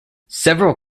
several